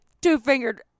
two-fingered